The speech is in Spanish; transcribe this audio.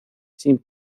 sin